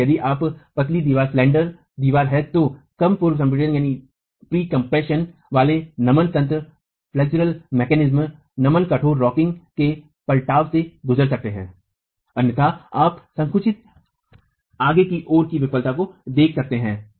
इसलिए यदि आपके पास पतली दीवार है तो कम पूर्व संपीड़न वाले नमन तंत्र नमन कठोररॉकिंग के पलटाव से गुजर सकते हैं अन्यथा आप संकुचित आगे की ओर की विफलता को देख सकते हैं